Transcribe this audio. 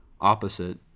opposite